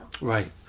Right